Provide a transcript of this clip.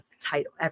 title